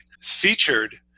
featured